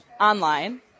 online